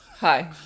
Hi